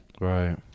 Right